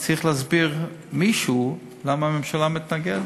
מישהו צריך להסביר למה הממשלה מתנגדת.